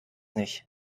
nicht